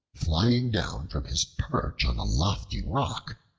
flying down from his perch on a lofty rock,